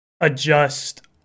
adjust